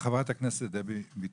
חברת הכנסת דבי ביטון.